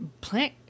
plant